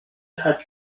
hat